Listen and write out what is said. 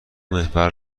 محور